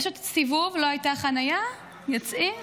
פשוט סיבוב, לא הייתה חניה, יוצאים